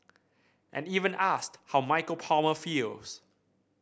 and even asked how Michael Palmer feels